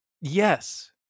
yes